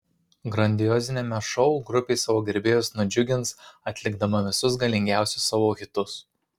grandioziniame šou grupė savo gerbėjus nudžiugins atlikdama visus galingiausius savo hitus